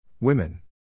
Women